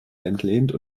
entlehnt